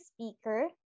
speaker